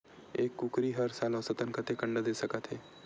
एक कुकरी हर साल औसतन कतेक अंडा दे सकत हे?